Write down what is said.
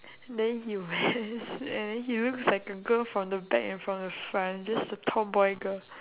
then he wears and then he looks like a girl from the back and from the front just a tomboy girl